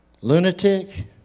Lunatic